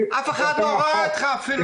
הנושא של ההסתה מול האנשים ואי אפשר לומר שאנחנו